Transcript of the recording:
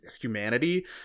humanity